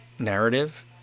narrative